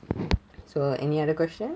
so any other question